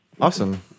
Awesome